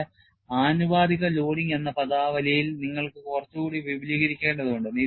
ഇവിടെ ആനുപാതിക ലോഡിംഗ് എന്ന പദാവലിയിൽ നിങ്ങൾക്ക് കുറച്ചുകൂടി വിപുലീകരിക്കേണ്ടതുണ്ട്